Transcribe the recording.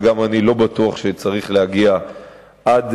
וגם אני לא בטוח שצריך להגיע אליהן,